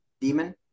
Demon